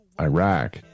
iraq